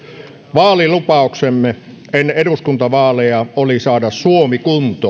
vaalilupauksemme ennen eduskuntavaaleja oli saada suomi kuntoon